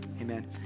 Amen